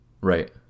Right